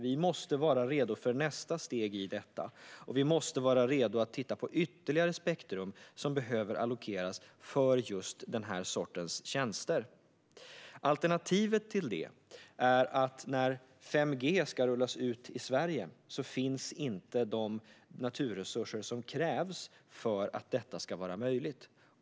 Vi måste vara redo för nästa steg i detta, och vi måste vara redo att titta på ytterligare spektrum som behöver allokeras för just den här sortens tjänster. Alternativet till det är att när 5G ska rullas ut i Sverige finns det inte de naturresurser som krävs för att detta ska vara möjligt.